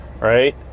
right